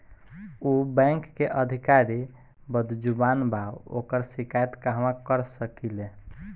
उ बैंक के अधिकारी बद्जुबान बा ओकर शिकायत कहवाँ कर सकी ले